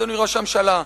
אדוני ראש הממשלה,